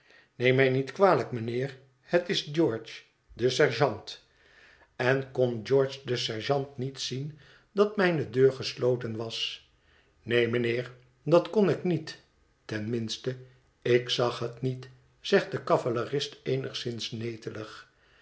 neem mij niet kwalijk mijnheer het is george de sergeant en kon george de sergeant niet zien dat mijne deur gesloten was neen mijnheer dat kon ik niet ten minste ik zag het niet zegt de cavalerist eenigszins netelig